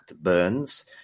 Burns